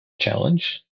challenge